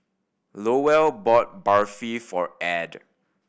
Lowell bought Barfi for Add